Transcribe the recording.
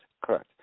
Correct